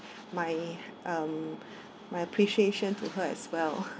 my um my appreciation to her as well